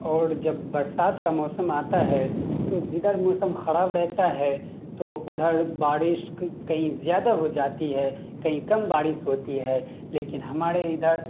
اور جب برسات کا موسم آتا ہے تو جدھر موسم خراب رہتا ہے تو ادھر بارش کہیں زیادہ ہو جاتی ہے کہیں کم بارش ہوتی ہے لیکن ہمارے ادھر